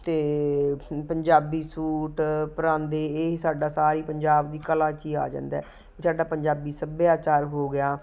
ਅਤੇ ਪੰਜਾਬੀ ਸੂਟ ਪਰਾਂਦੇ ਇਹ ਸਾਡਾ ਸਾਰੀ ਪੰਜਾਬ ਦੀ ਕਲਾ 'ਚ ਹੀ ਆ ਜਾਂਦਾ ਸਾਡਾ ਪੰਜਾਬੀ ਸੱਭਿਆਚਾਰ ਹੋ ਗਿਆ